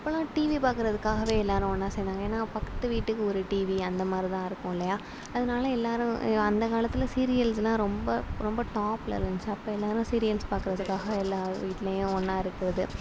அப்போலாம் டிவி பார்க்கறதுக்காகவே எல்லாரும் ஒன்னாக சேர்ந்தாங்க ஏன்னா பக்கத்து வீட்டுக்கு ஒரு டிவி அந்த மாதிரி தான் இருக்கும் இல்லையா அதனால் எல்லாரும் அந்த காலத்தில் சீரியல்ஸ்லாம் ரொம்ப ரொம்ப டாப்பில் இருந்துச்சு அப்போ எல்லாரும் சீரியல்ஸ் பார்க்கறதுக்காக எல்லார் வீட்லையும் ஒன்னாக இருக்கறது